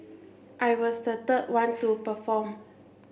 I was the third one to perform